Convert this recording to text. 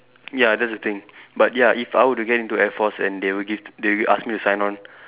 ya that's the thing but ya if I would get into air force and they will give they will ask me to sign on